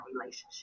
relationship